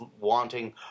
wanting